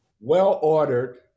well-ordered